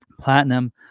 platinum